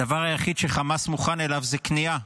הדבר היחיד שחמאס מוכן לו זה כניעה,